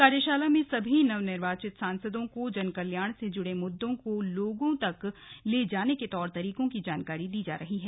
कार्यशाला में सभी नव निर्वाचित सांसदों को जन कल्याण से जुड़े मुददों को लोगों तक ले जाने के तौर तरीकों की जानकारी दी जा रही है